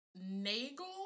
Nagel